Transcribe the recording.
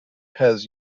has